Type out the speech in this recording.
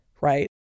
right